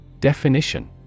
Definition